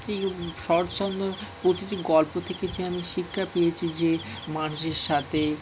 এই শরৎচন্দ্র প্রতিটি গল্প থেকে যে আমি শিক্ষা পেয়েছি যে মানুষের সাথে